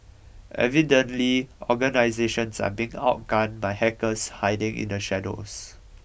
evidently organisations are being outgunned by hackers hiding in the shadows